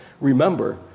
Remember